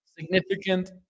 significant